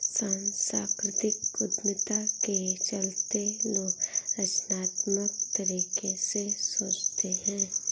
सांस्कृतिक उद्यमिता के चलते लोग रचनात्मक तरीके से सोचते हैं